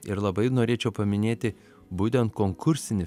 ir labai norėčiau paminėti būtent konkursinį